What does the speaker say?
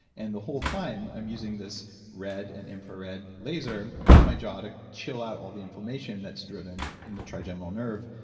and the whole time i'm using this red and infrared laser on my jaw to chill out all the inflammation that's driven in the trigeminal nerve,